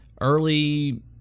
early